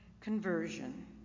conversion